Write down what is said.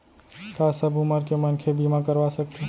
का सब उमर के मनखे बीमा करवा सकथे?